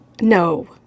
No